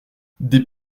des